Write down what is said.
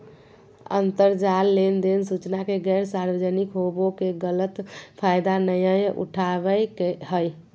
अंतरजाल लेनदेन सूचना के गैर सार्वजनिक होबो के गलत फायदा नयय उठाबैय हइ